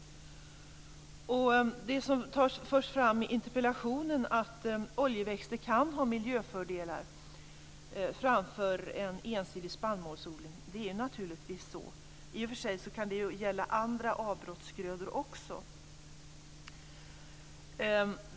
Det förs fram i interpellationen att oljeväxter kan ha miljöfördelar framför en ensidig spannmålsodling, och det är ju naturligtvis så. I och för sig kan det gälla andra avbrottsgrödor också.